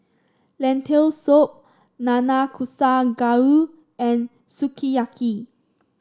Lentil Soup Nanakusa Gayu and Sukiyaki